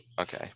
Okay